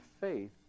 faith